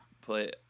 play